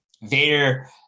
Vader